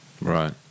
Right